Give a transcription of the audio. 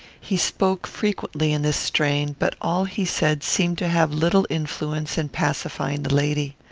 he spoke frequently in this strain, but all he said seemed to have little influence in pacifying the lady.